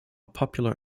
popular